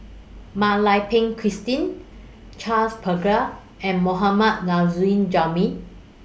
Mak Lai Peng Christine Charles Paglar and Mohammad Nurrasyid Juraimi